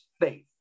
faith